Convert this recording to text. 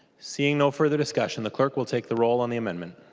seeing no further discussion the clerk will take the roll on the amendment.